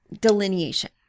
delineation